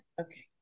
okay